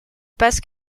passe